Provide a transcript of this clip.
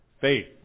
Faith